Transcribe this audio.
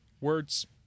words